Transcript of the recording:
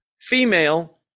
female